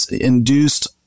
induced